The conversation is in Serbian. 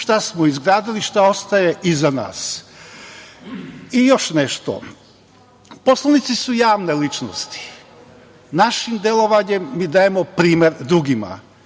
šta smo izgradili, šta ostaje iza nas.I još nešto. Poslanici su javne ličnosti. Našim delovanjem mi dajemo primer drugima.